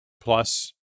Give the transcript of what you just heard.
plus